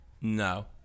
No